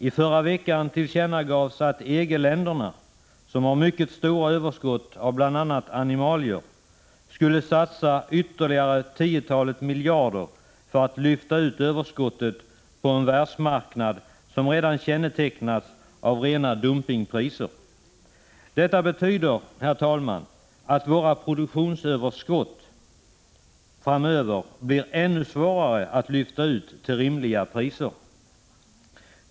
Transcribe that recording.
I förra veckan tillkännagavs att EG-länderna, som har mycket stora överskott av bl.a. animalier, skulle satsa ytterligare tiotalet miljarder för att lyfta ut överskottet på en världsmarknad, som redan kännetecknas av rena dumpingspriser. Detta betyder, herr talman, att våra produktionsöverskott framöver blir ännu svårare att lyfta ut till rimliga priser.